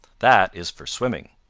that is for swimming.